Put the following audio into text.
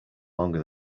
longer